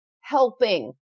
helping